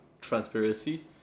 transparency